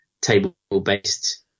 table-based